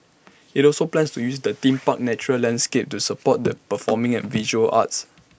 IT also plans to use the theme park's natural landscape to support the performing and visual arts